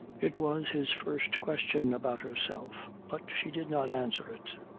it was his first question about herself but she did not answer it.